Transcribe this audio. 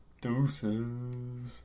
deuces